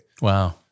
Wow